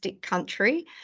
country